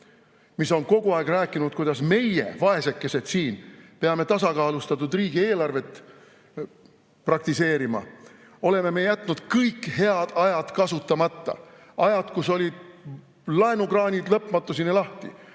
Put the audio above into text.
mis on kogu aeg rääkinud, kuidas meie, vaesekesed siin, peame tasakaalustatud riigieelarvet praktiseerima, oleme me jätnud kõik head ajad kasutamata – ajad, kus laenukraanid olid lõpmatuseni lahti,